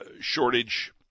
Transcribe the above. shortage